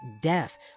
death